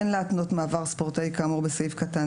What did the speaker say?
אין להתנות מעבר ספורטאי כאמור בסעיף קטן